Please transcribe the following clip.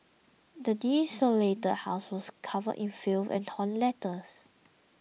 the desolated house was covered in filth and torn letters